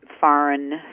foreign